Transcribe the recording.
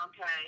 Okay